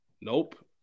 Nope